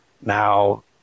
Now